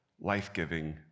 life-giving